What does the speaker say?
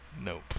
Nope